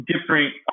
different